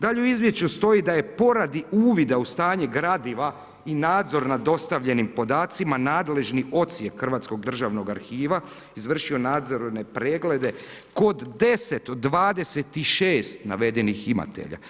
Dalje u izvješću stoji da je poradi uvida u stanje gradiva i nadzor nad dostavljenim podacima nadležni odsjek Hrvatskog državnog arhiva izvršio nadzorne preglede kod 10 od 26 navedenih imatelja.